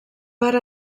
per